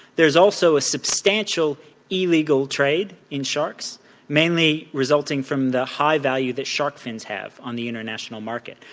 there is also a substantial illegal trade in sharks mainly resulting from the high value that shark fins have on the international market.